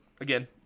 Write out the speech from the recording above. Again